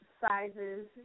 sizes